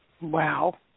Wow